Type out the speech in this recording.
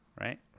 Right